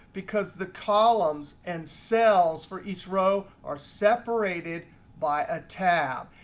because the columns and cells for each row are separated by a tab.